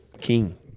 King